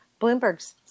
Bloomberg's